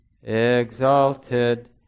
exalted